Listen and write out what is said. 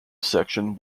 section